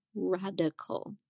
radical